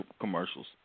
commercials